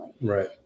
Right